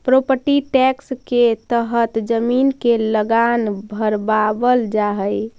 property tax के तहत जमीन के लगान भरवावल जा हई